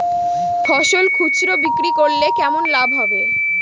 ফসল খুচরো বিক্রি করলে কেমন লাভ হবে?